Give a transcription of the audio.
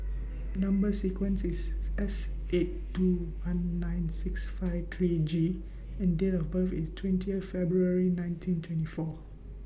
Number sequence IS S eight two one nine six five three G and Date of birth IS twentieth February nineteen twenty four